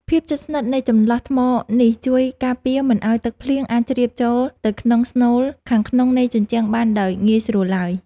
ភាពជិតស្និទ្ធនៃចន្លោះថ្មនេះជួយការពារមិនឱ្យទឹកភ្លៀងអាចជ្រាបចូលទៅក្នុងស្នូលខាងក្នុងនៃជញ្ជាំងបានដោយងាយស្រួលឡើយ។